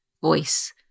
voice